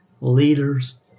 Leaders